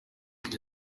yari